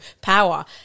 power